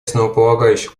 основополагающих